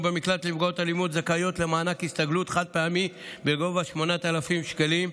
זכאיות למענק הסתגלות חד-פעמי בגובה של 8,000 שקלים,